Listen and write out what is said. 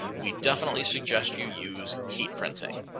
we definitely suggest you use heat printing.